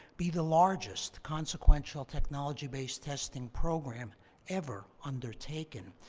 be the largest consequential technology-based testing program ever undertaken.